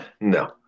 No